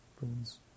boons